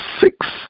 six